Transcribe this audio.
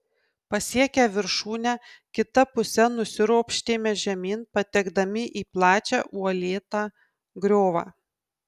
pasiekę viršūnę kita puse nusiropštėme žemyn patekdami į plačią uolėtą griovą